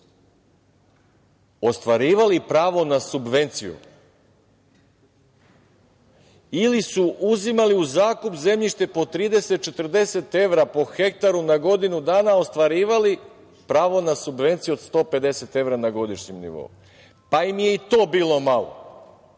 ostvarivali pravo na subvenciju ili su uzimali u zakup zemljište po 30, 40 evra po ha na godinu dana ostvarivali pravo na subvenciju od 150 evra na godišnjem nivou. Pa im je i to bilo malo.